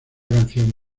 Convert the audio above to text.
canción